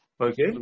Okay